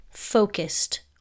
focused